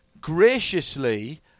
graciously